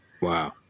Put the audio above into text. Wow